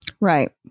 Right